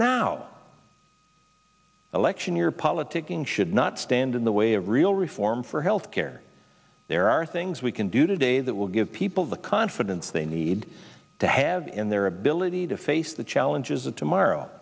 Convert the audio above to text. now election year politicking should not stand in the way of real reform for health care there are things we can do today that will give people the confidence they need to have in their ability to face the challenges of tomorrow